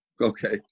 Okay